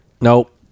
Nope